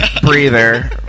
breather